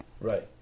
Right